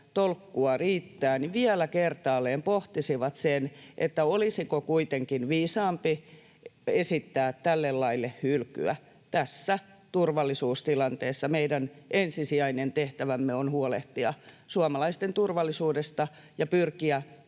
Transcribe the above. tolkkua riittää — vielä kertaalleen pohtisivat sitä, olisiko kuitenkin viisaampi esittää tälle laille hylkyä. Tässä turvallisuustilanteessa meidän ensisijainen tehtävämme on huolehtia suomalaisten turvallisuudesta ja pyrkiä